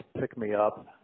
pick-me-up